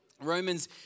Romans